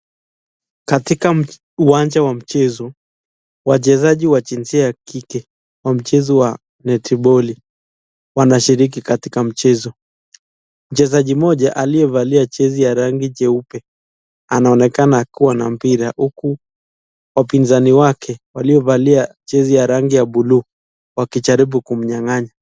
Katika uwanja wa mchezo wachezaji wa jinsia ya kike wa mchezo wa netiboli , wanashiriki katika mchezo , mchezaji mmoja aliyevalia jezi ya rangi jeupe anaonekana akiwa na mpira huku wapinzani wake waliovalia jezi ya rangi ya (cs) blue (cs) wakijaribu kumnyang'anya.